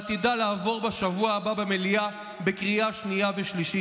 עתידה לעבור בשבוע הבא במליאה בקריאה שנייה ושלישית.